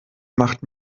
macht